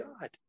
God